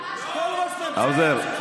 האוזר,